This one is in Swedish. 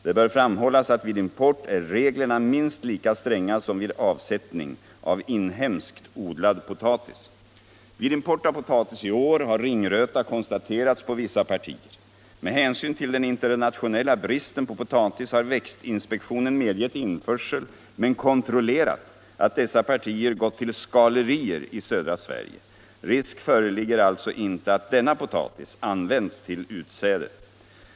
Det bör framhållas att vid import är reglerna minst lika stränga som vid avsättning av inhemskt odlad potatis. Vid import av potatis i år har ringröta konstaterats på vissa partier. Med hänsyn till den internationella bristen på potatis har växtinspektionen medgett införsel men kontrollerat att dessa partier gått till skalerier i södra Sverige. Risk föreligger alltså inte att denna potatis används till utsäde.